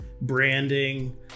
branding